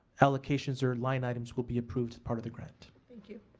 allocations or line items will be approved as part of the grant. thank you.